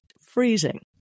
freezing